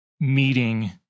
meeting